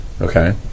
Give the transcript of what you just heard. Okay